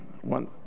One